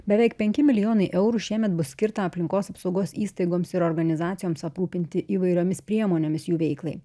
beveik penki milijonai eurų šiemet bus skirta aplinkos apsaugos įstaigoms ir organizacijoms aprūpinti įvairiomis priemonėmis jų veiklai